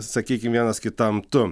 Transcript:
sakykim vienas kitam tu